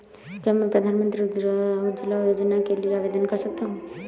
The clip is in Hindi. क्या मैं प्रधानमंत्री उज्ज्वला योजना के लिए आवेदन कर सकता हूँ?